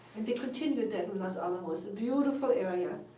and they continued that in los alamos, a beautiful area.